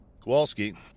Kowalski